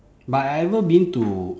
but I ever been to